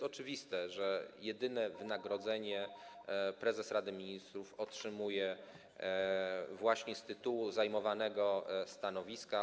Jest oczywiste, że jedyne wynagrodzenie prezes Rady Ministrów otrzymuje właśnie z tytułu zajmowanego stanowiska.